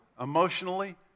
emotionally